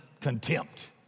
contempt